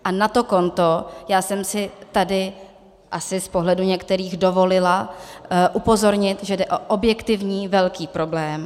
A na to konto já jsem si tady asi z pohledu některých dovolila upozornit, že jde o objektivní velký problém.